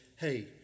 hey